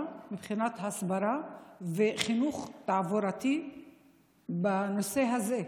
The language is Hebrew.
מבחינת הסברה וחינוך תעבורתי בנושא הזה.